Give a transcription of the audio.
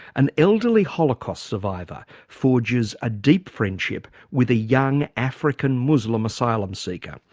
an elderly holocaust survivor forges a deep friendship with a young african muslim asylum seeker.